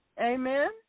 Amen